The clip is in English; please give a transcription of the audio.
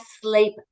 sleep